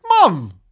Mom